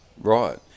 Right